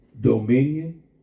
dominion